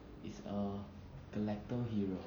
he's a galactic hero